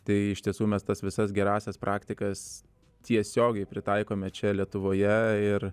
tai iš tiesų mes tas visas gerąsias praktikas tiesiogiai pritaikome čia lietuvoje ir